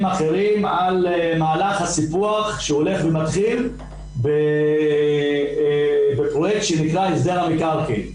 אחרים על מהלך הסיפוח שהולך ומתחיל בפרויקט שנקרא הסדר המקרקעין.